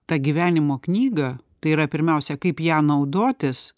tą gyvenimo knygą tai yra pirmiausia kaip ja naudotis